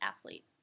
athlete